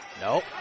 nope